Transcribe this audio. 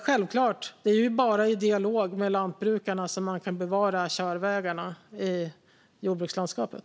Självklart är det bara i dialog med lantbrukarna som man kan bevara körvägarna i jordbrukslandskapet.